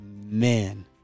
Amen